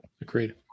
Agreed